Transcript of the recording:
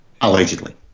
allegedly